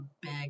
big